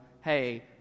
hey